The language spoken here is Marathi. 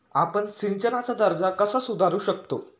आपण सिंचनाचा दर्जा कसा सुधारू शकतो?